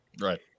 Right